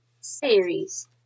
series